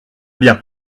bien